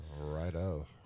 right-o